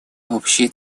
общей